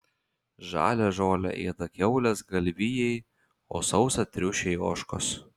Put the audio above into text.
žalią žolę ėda kiaulės galvijai o sausą triušiai ožkos